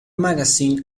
magazine